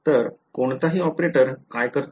तर कोणताही ऑपरेटर काय करतो